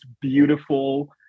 beautiful